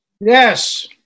Yes